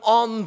on